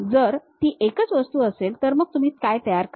जर ती एकच वस्तू असेल तर मग तुम्ही काय तयार कराल